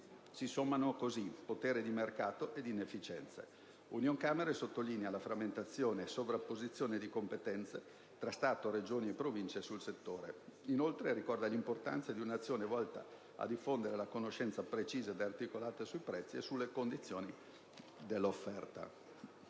Si sommano così potere di mercato e inefficienze. Unioncamere sottolinea la frammentazione e sovrapposizione di competenze tra Stato, Regioni e Province sul settore. Inoltre ricorda l'importanza di un'azione volta a diffondere la conoscenza precisa ed articolata sui prezzi e sulle condizioni dell'offerta.